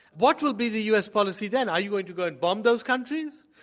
what will be the u. s. policy then? are you going to go and bomb those countries?